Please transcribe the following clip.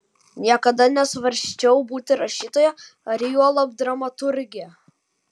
niekada nesvarsčiau būti rašytoja ar juolab dramaturge